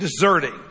deserting